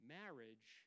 marriage